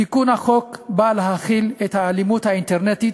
תיקון החוק בא להחיל על האלימות האינטרנטית,